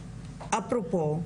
- אפרופו,